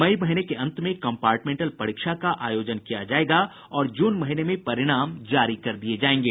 मई महीने के अंत में कम्पार्टमेंटल परीक्षा का आयोजन किया जायेगा और जून महीने में परिणाम जारी कर दिये जायेंगे